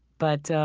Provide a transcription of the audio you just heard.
but